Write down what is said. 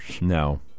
No